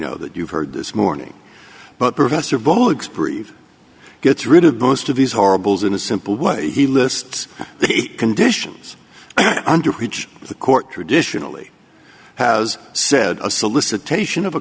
know that you've heard this morning but professor bullocks prove gets rid of most of these horribles in a simple way he lists the conditions under which the court traditionally has said a solicitation of a